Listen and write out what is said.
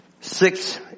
six